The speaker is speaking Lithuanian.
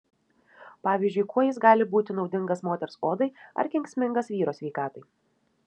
pavyzdžiui kuo jis gali būti naudingas moters odai ar kenksmingas vyro sveikatai